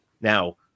Now